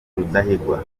rudahigwa